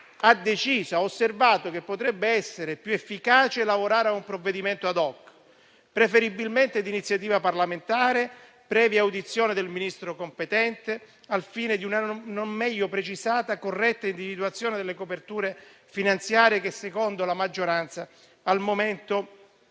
ha deciso e ha osservato che potrebbe essere più efficace lavorare a un provvedimento *ad hoc*, preferibilmente di iniziativa parlamentare, previa audizione del Ministro competente, al fine di una non meglio precisata corretta individuazione delle coperture finanziarie, che secondo la maggioranza al momento